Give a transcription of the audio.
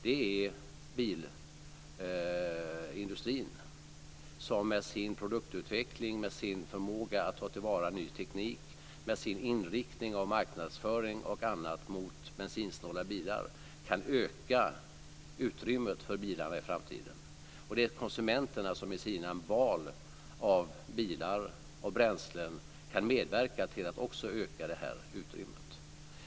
Det är bilindustrin som med sin produktutveckling, med sin förmåga att ta till vara ny teknik och med sin inriktning av marknadsföring och annat mot bensinsnåla bilar kan öka utrymmet för bilar i framtiden. Det är konsumenterna som med sina val av bilar och bränslen kan medverka till att också öka det utrymmet.